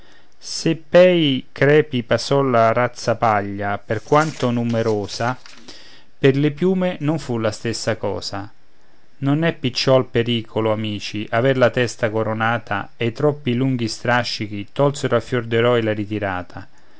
se pei crepi passò la razzapaglia per quanto numerosa per le piume non fu la stessa cosa non è picciol pericolo amici aver la testa coronata e i troppi lunghi strascichi tolsero a fior d'eroi la ritirata